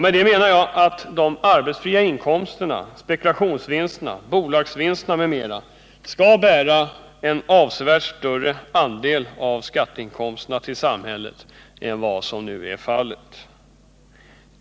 Med det menar jag att de arbetsfria inkomsterna, spekulationsvinsterna, bolagsvinsterna m.m. skall bära en avsevärt större andel av skatterna till samhället än vad som nu är fallet.